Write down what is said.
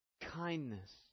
kindness